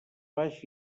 baix